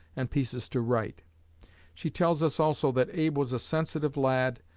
and pieces to write she tells us also that abe was a sensitive lad,